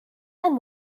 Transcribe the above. and